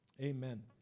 Amen